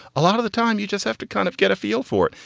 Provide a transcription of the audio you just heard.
a lot of the time you just have to kind of get a feel for it.